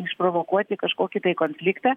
išprovokuoti kažkokį tai konfliktą